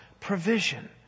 provision